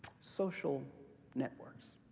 social networks.